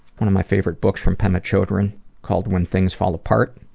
one of my favorite books from pema chodron called when things fall apart.